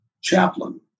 chaplain